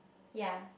ya